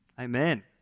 Amen